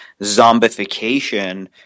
zombification